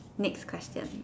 next question